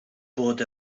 bod